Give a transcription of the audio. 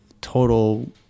total